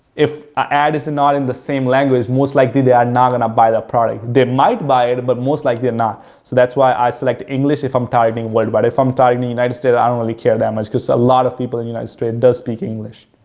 if ad is and not in the same language, most likely they are not going to buy the product. they might buy it, but most likely like their not. so, that's why i select english if i'm targeting worldwide. if i'm targeting united states, i don't really care that much because a lot of people in united state does speak english.